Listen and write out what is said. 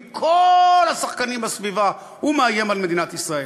מכל השחקנים בסביבה, הוא מאיים על מדינת ישראל.